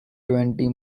twenty